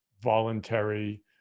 voluntary